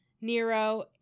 Nero